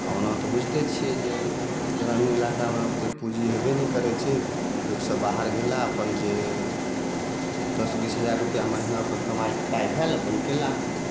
आओर ओना तऽ बुझिते छियै जे ग्रामिण इलाकामे ओते पूँजी हेबे ने करय छै लोक सब बाहर गेला अपन जे दस बीस हजार रूपैआ महिनापर कमाइ खटाइ भेल अपन कयलाह